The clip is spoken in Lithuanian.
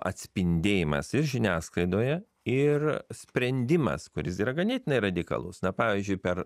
atspindėjimas ir žiniasklaidoje ir sprendimas kuris yra ganėtinai radikalus na pavyzdžiui per